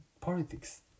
politics